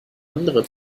andere